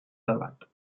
debat